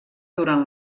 durant